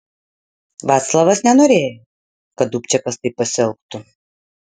vaclavas nenorėjo kad dubčekas taip pasielgtų